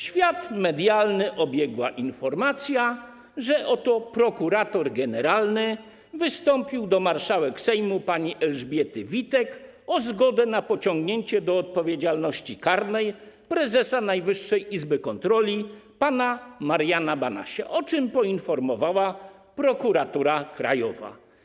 świat medialny obiegła informacja, że oto prokurator generalny wystąpił do marszałek Sejmu pani Elżbiety Witek o zgodę na pociągnięcie do odpowiedzialności karnej prezesa Najwyższej Izby Kontroli pana Mariana Banasia, o czym poinformowała Prokuratura Krajowa.